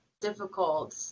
difficult